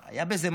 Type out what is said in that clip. היה בזה משהו